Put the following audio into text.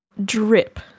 drip